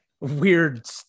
weird